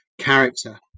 character